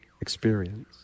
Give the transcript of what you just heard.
experience